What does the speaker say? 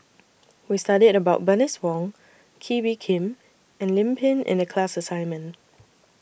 We studied about Bernice Wong Kee Bee Khim and Lim Pin in The class assignment